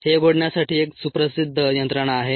हे घडण्यासाठी एक सुप्रसिद्ध यंत्रणा आहे